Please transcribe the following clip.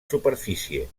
superfície